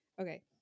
Okay